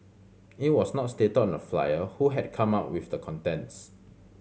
it was not stated on the flyer who had come up with the contents